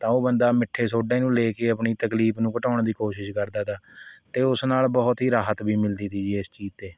ਤਾਂ ਉਹ ਬੰਦਾ ਮਿੱਠੇ ਸੋਢੇ ਨੂੰ ਲੈ ਕੇ ਆਪਣੀ ਤਕਲੀਫ਼ ਨੂੰ ਘਟਾਉਣ ਦੀ ਕੋਸ਼ਿਸ਼ ਕਰਦਾ ਤਾ ਅਤੇ ਉਸ ਨਾਲ ਬਹੁਤ ਹੀ ਰਾਹਤ ਵੀ ਮਿਲਦੀ ਸੀ ਜੀ ਇਸ ਚੀਜ਼ ਤੇ